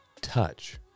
touch